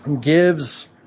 gives